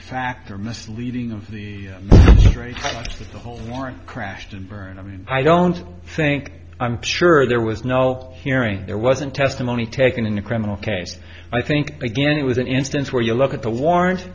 fact or misleading of the straight to the whole warrant crashed and burned i mean i don't think i'm sure there was no hearing there wasn't testimony taken in a criminal case i think again it was an instance where you look at the warrant